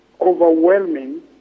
overwhelming